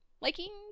liking